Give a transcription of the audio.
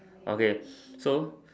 okay so